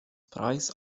preis